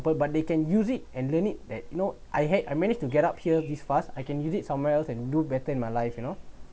but but they can use it and learned it that you know I had I manage to get up here this fast I can use it somewhere else and do better in my life you know